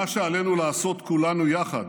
מה שעלינו לעשות כולנו יחד